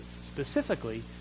specifically